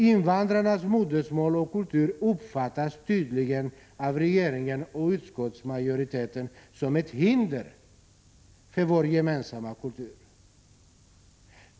Invandrarnas modersmål och kultur uppfattas tydligen av regeringen och utskottsmajoriteten som ett hinder för vår gemensamma kultur.